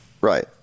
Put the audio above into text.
Right